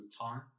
time